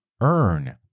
earn